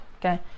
Okay